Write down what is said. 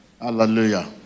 Hallelujah